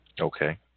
Okay